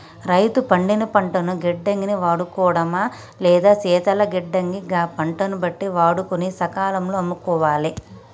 రైతు పండిన పంటను గిడ్డంగి ని వాడుకోడమా లేదా శీతల గిడ్డంగి గ పంటను బట్టి వాడుకొని సకాలం లో అమ్ముకోవాలె